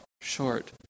short